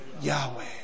Yahweh